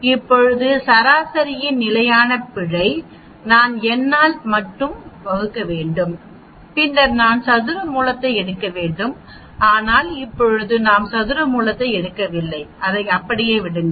இப்போது சராசரியின் நிலையான பிழை நான் n மற்றும் வகுக்க வேண்டும் பின்னர் நான் சதுர மூலத்தை எடுக்க வேண்டும் ஆனால் இப்போது நாம் சதுர மூலத்தை எடுக்கவில்லை அதை அப்படியே விடுங்கள்